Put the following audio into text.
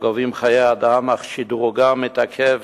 הגובים חיי אדם, אך שדרוגם מתעכב